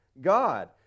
God